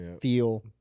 feel